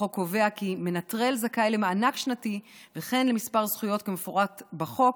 החוק קובע כי מנטרל זכאי למענק שנתי וכן לכמה זכויות כמפורט בחוק,